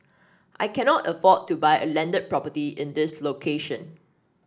I cannot afford to buy a landed property in this location